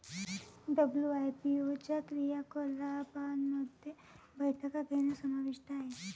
WIPO च्या क्रियाकलापांमध्ये बैठका घेणे समाविष्ट आहे